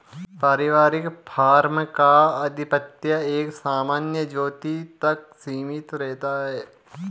पारिवारिक फार्म का आधिपत्य एक सामान्य ज्योति तक सीमित रहता है